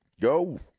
Go